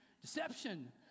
deception